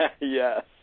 Yes